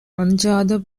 அஞ்சாத